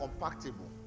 compatible